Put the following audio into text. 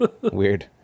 Weird